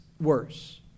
worse